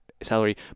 Salary